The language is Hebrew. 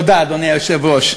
תודה, אדוני היושב-ראש.